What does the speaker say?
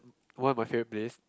one of my favourite place